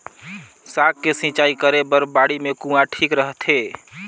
साग के सिंचाई करे बर बाड़ी मे कुआँ ठीक रहथे?